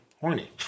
horny